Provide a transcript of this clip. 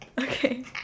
okay